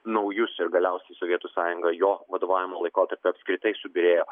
naujus ir galiausiai sovietų sąjunga jo vadovavimo laikotarpiu apskritai subyrėjo